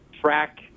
track